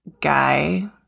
guy